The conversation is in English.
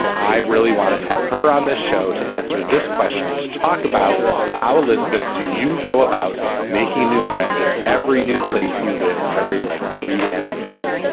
um i really wanted to have her on this show to answer this question, to talk about how, elizabeth. do you go about making new friends in every new place you live, every like three damn years?